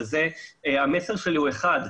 המסר שלי הוא אחד.